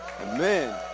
Amen